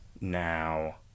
now